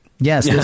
Yes